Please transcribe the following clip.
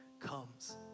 comes